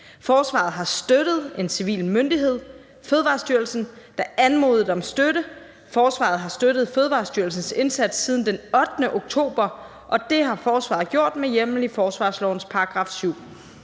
Forsvaret har støttet en civil myndighed, Fødevarestyrelsen, der anmodede om støtte. Forsvaret har støttet Fødevarestyrelsens indsats siden den 8. oktober, og det har forsvaret gjort med hjemmel i forsvarslovens § 7.